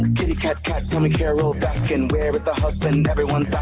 kitty cat cat tell me carole baskin where is the husband and everyone's